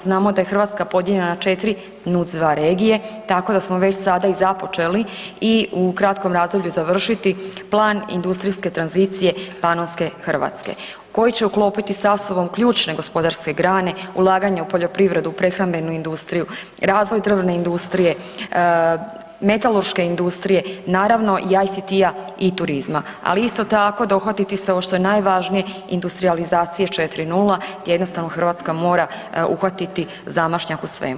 Znamo da je Hrvatska podijeljena na 4 NUTS-2 regije, tako da smo već sada i započeli i u kratkom razdoblju završiti Plan industrijske tranzicije Panonske Hrvatske koji će uklopiti sa sobom ključne gospodarske grane, ulaganje u poljoprivredu, prehrambenu industriju, razvoj drvne industrije, metalurške industrije, naravno i EST-a i turizma, ali isto tako dohvatiti se ovo što je najvažnije industrijalizacije 4.0 gdje jednostavno Hrvatska mora uhvatiti zamašnjak u svemu.